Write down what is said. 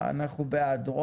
הצבעה אנחנו בעד.